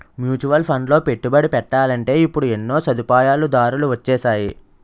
mutual ఫండ్లలో పెట్టుబడి పెట్టాలంటే ఇప్పుడు ఎన్నో సదుపాయాలు దారులు వొచ్చేసాయి